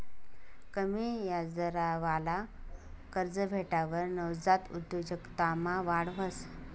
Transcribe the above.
कमी याजदरवाला कर्ज भेटावर नवजात उद्योजकतामा वाढ व्हस